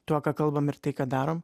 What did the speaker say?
tuo ką kalbam ir tai ką darom